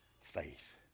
faith